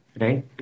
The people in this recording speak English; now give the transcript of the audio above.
right